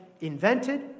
invented